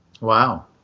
Wow